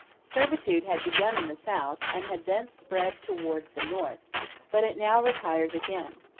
servitude had begun in the south, and had thence spread towards the north but it now retires again.